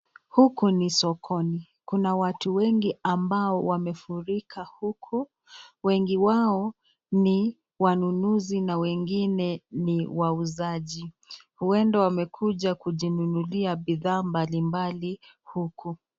Huku ni sokoni. Kuna watu wengi ambao wamefurika huku, wengi wao ni wanunuzi na wengine ni wauzaji. Huenda wamekuja kujinunulia bidhaa mbalimbali huku.